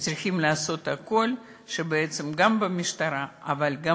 וצריכים לעשות הכול שבעצם גם במשטרה אבל גם